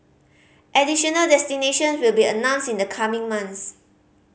additional destinations will be announced in the coming months